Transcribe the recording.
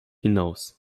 hinaus